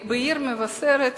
במבשרת